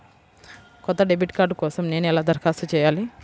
కొత్త debit card కోసం నేను ఎలా దరఖాస్తు చేయాలి?